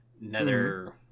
nether